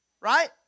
Right